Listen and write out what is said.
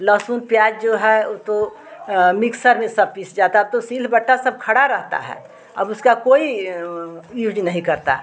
लहसुन प्याज़ जो है वह तो मिक्सर में सब पीस जाता अब तो सिल बत्ता सब खड़ा रहता है अब उसका कोई यूज नहीं करता